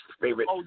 favorite